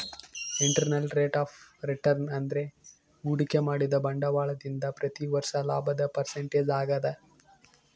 internal rate of return ಅಂದ್ರೆ ಹೂಡಿಕೆ ಮಾಡಿದ ಬಂಡವಾಳದಿಂದ ಪ್ರತಿ ವರ್ಷ ಲಾಭದ ಪರ್ಸೆಂಟೇಜ್ ಆಗದ